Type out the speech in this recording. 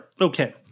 okay